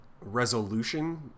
resolution